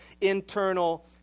Internal